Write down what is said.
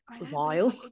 vile